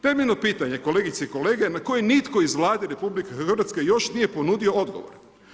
Temeljeno pitanje kolegice i kolege na koje nitko iz Vlade RH još nije ponudio odgovor.